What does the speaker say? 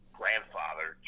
grandfather